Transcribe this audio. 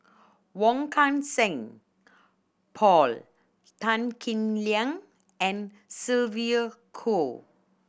Wong Kan Seng Paul Tan Kim Liang and Sylvia Kho